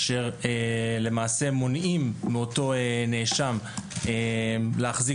אשר למעשה מונעים מאותו נאשם להחזיק